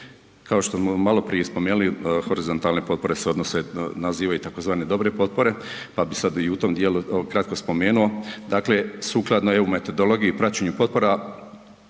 Kao što smo malo prije i spomenuli horizontalne potpore se odnose, nazivaju tzv. dobre potpore pa bih sad i tom dijelu kratko spomenuo, dakle sukladno eu metodologiji, praćenju potpora